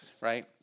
right